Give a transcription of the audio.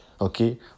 okay